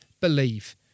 believe